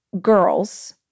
girls